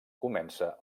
comença